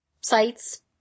sites